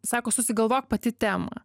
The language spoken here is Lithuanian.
sako susigalvok pati temą